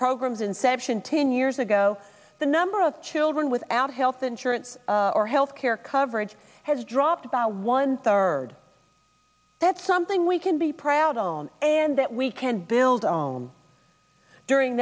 programs inception ten years ago the number of children without health insurance or health care coverage has dropped about one third that's something we can be proud on and that we can build our own during